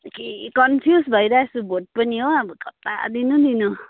के कनफ्युज भइरहेको छु भोट पनि हो अब कता दिनु दिनु